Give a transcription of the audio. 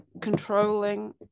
controlling